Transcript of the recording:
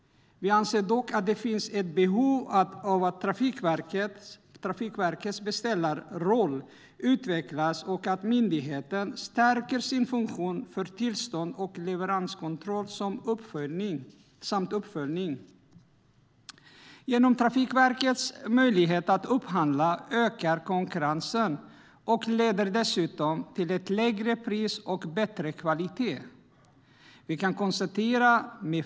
Vi anser dock att det finns ett behov av att Trafikverkets beställarroll utvecklas och att myndigheten stärker sin funktion för tillstånd och leveranskontroll samt uppföljning. Trafikverkets möjlighet att upphandla ökar konkurrensen och leder dessutom till lägre pris och bättre kvalitet.